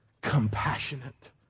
compassionate